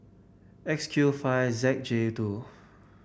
X Q five Z J two